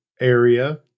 area